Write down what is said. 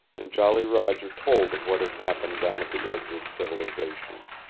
and jolly roger told of what had happened down at the edge of civilization.